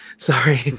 Sorry